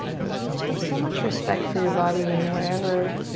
just have so much respect for your body and whatever